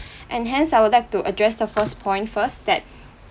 and hence I would like to address the first point first that